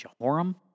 Jehoram